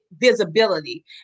visibility